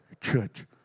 church